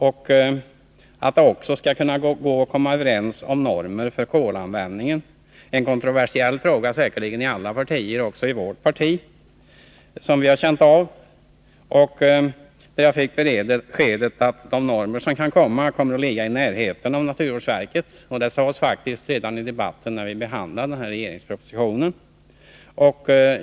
Det bör också gå att komma överens om normer för kolanvändningen — säkerligen en kontroversiell fråga i alla partier, också i vårt parti. Jag fick beskedet att de normer som skall utfärdas kan komma att ligga i närheten av naturvårdsverkets. Det sades faktiskt också redan i debatten om regeringspropostionen.